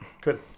Good